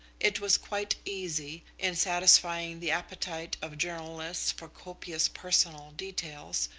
it was quite easy, in satisfying the appetite of journalists for copious personal details,